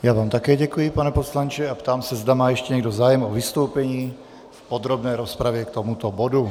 Já vám také děkuji, pane poslanče, a ptám se, zda má ještě někdo zájem o vystoupení v podrobné rozpravě k tomuto bodu.